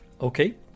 Okay